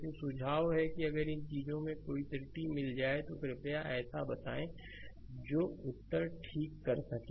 लेकिन सुझाव है कि अगर इन चीजों की कोई त्रुटि मिल जाए तो कृपया ऐसा बताएं जो उत्तर को ठीक कर सके